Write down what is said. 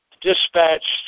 dispatched